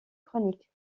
chroniques